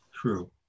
True